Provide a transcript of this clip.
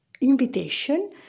invitation